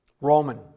Roman